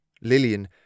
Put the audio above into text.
Lillian